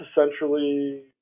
essentially